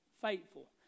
faithful